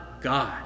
God